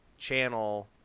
channel